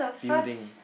buildings